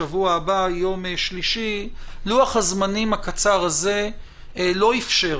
שבוע הבא ביום שלישי לוח הזמנים הקצר הזה לא אפשר